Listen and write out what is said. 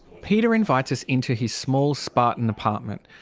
peter invites us into his small, spartan apartment.